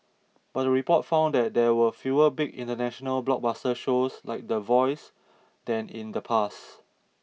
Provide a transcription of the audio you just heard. but the report found that there were fewer big international blockbuster shows like The Voice than in the past